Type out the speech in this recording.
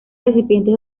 recipientes